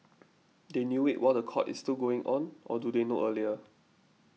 they knew it while the court is still going on or do they know earlier